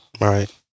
Right